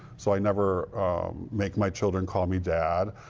so i never make my children call me dad.